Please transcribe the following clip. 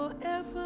forever